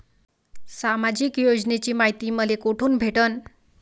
सामाजिक योजनेची मायती मले कोठून भेटनं?